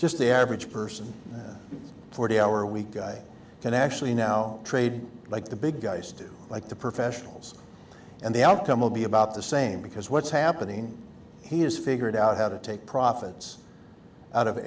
just the average person forty hour week i can actually now trade like the big guys do like the professionals and the outcome will be about the same because what's happening he has figured out how to take profits out of